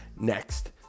Next